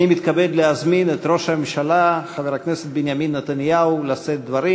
אני מתכבד להזמין את ראש הממשלה חבר הכנסת בנימין נתניהו לשאת דברים.